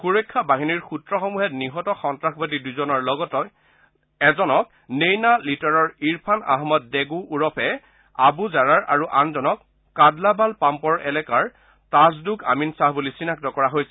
সুৰক্ষা বাহিনীৰ সুত্ৰসমূহে নিহত সন্তাসবাদী দুজনৰ এজনক নেইনা লিটাৰৰ ইৰফান আহমদ ডেণ্ড ওৰফে আবু জাৰাৰ আৰু আনজনক কাডলাবাল পাম্পৰ এলেকাৰ তাছদুগ আমিন শ্বাহ বুলি চিনাক্ত কৰা হৈছে